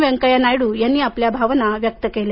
व्यंकया नायडू यांनी आपल्या भावना व्यक्त केल्या